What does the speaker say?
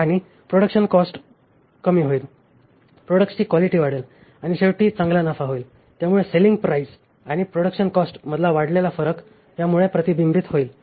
आणि production cost कमी होईल प्रोडक्ट्ची क्वालिटी वाढेल आणि शेवटी चांगला नफा होईल यामुळे सेलिंग प्राईज आणि प्रोडक्शन कॉस्टमधला वाढलेला फरक यामुळे प्रतिबिंबित होईल